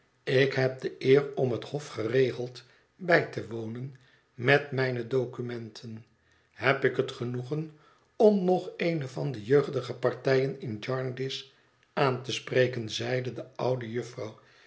ik heb de eer om het hof geregeld bij te wonen met mijne documenten heb ik het genoegen om nog eene van de jeugdige partijen in jarndyce aan te spreken zeide de oude jufvrouw